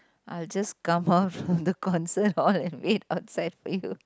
I'd just come out from the concert hall and wait outside for you